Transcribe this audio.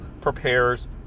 prepares